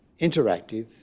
interactive